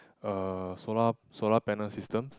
uh solar solar panel systems